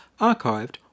archived